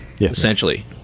essentially